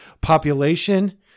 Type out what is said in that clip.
population